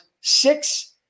six